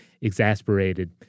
exasperated